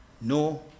no